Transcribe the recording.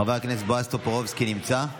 חבר הכנסת בועז טופורובסקי נמצא?